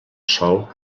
sol